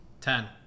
Ten